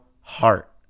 heart